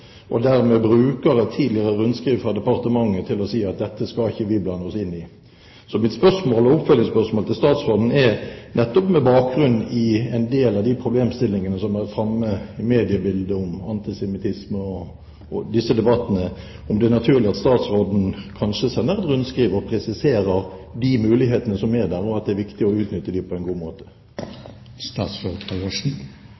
Dermed bruker de et tidligere rundskriv fra departementet til å si: Dette skal ikke vi blande oss inn i. Mitt oppfølgingsspørsmål til statsråden er nettopp på bakgrunn av en del av de problemstillingene som har vært framme i mediebildet om antisemittisme osv. Er det naturlig at statsråden sender et rundskriv og presiserer de mulighetene man har, og at det er viktig å utnytte dem på en god